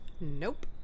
Nope